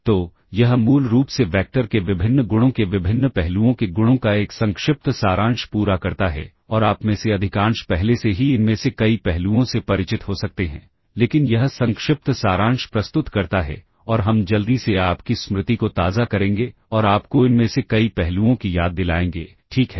तो यह मूल रूप से वैक्टर के विभिन्न गुणों के विभिन्न पहलुओं के गुणों का एक संक्षिप्त सारांश पूरा करता है और आप में से अधिकांश पहले से ही इनमें से कई पहलुओं से परिचित हो सकते हैं लेकिन यह संक्षिप्त सारांश प्रस्तुत करता है और हम जल्दी से आपकी स्मृति को ताज़ा करेंगे और आपको इनमें से कई पहलुओं की याद दिलाएंगे ठीक है